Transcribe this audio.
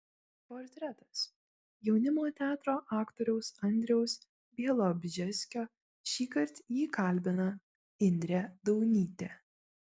portretas jaunimo teatro aktoriaus andriaus bialobžeskio šįkart jį kalbina indrė daunytė